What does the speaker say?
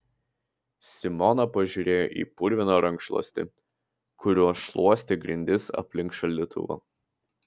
simona pažiūrėjo į purviną rankšluostį kuriuo šluostė grindis aplink šaldytuvą